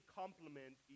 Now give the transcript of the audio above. complement